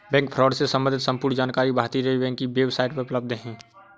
bank fraud से सम्बंधित संपूर्ण जानकारी भारतीय रिज़र्व बैंक की वेब साईट पर उपलब्ध है